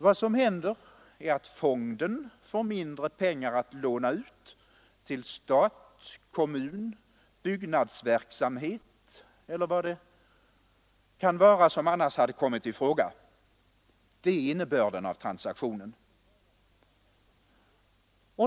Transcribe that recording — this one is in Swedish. Vad som händer genom sådana aktieköp är att fonden får mindre pengar att låna ut till stat, kommun, byggnadsverksamhet eller vad det kan vara som annars hade kommit i fråga — det är innebörden av transaktionen.